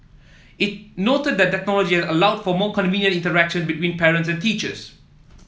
it noted that technology has allowed for more convenient interaction between parents and teachers